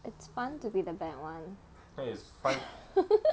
it's fun to be the bad [one]